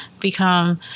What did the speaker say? become